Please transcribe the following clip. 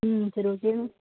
ம் சரி ஓகே ம்